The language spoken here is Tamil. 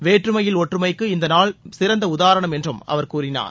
வேற்றுமையில் ஒற்றுமைக்கு இந்த நாள் சிறந்த உதாரணம் என்றும் அவர் கூறினார்